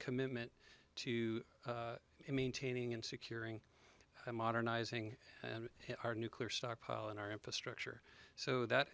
commitment to maintaining and securing modernizing and our nuclear stockpile and our infrastructure so that